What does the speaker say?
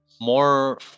more